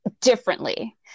differently